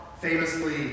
famously